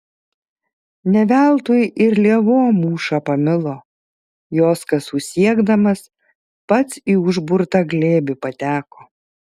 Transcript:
ne veltui ir lėvuo mūšą pamilo jos kasų siekdamas pats į užburtą glėbį pateko